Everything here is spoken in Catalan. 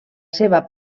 seva